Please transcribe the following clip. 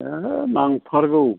ओइ नांथारगौ